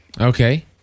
Okay